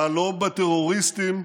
להלום בטרוריסטים,